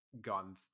gone